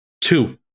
Two